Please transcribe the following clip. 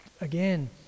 again